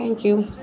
thank you